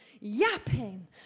yapping